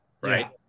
Right